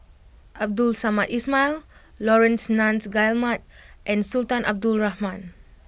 Abdul Samad Ismail Laurence Nunns Guillemard and Sultan Abdul Rahman